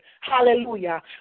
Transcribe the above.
Hallelujah